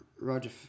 Roger